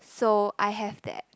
so I have that